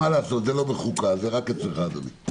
מה לעשות, זה לא בוועדת החוקה, זה רק אצלך, אדוני.